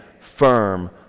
firm